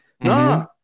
No